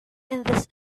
and